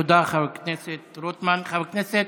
תודה, חבר הכנסת